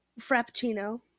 frappuccino